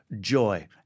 joy